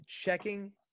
checking